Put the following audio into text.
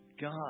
God